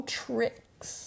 tricks